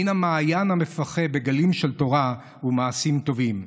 מן המעיין המפכה בגלים של תורה ומעשים טובים.